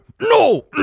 No